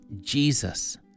Jesus